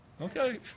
Okay